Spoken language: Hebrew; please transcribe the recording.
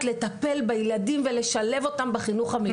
לטפל בילדים ולשלב אותם בחינוך המיוחד.